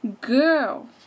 girl